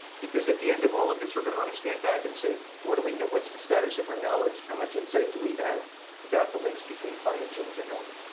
because at the end of all of this, we're going to want and to stand back and say, what do we know what's the status of our knowledge? how much insight do we have about the links between climate change and health?